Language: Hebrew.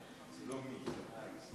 חמש דקות לרשותך, גברתי.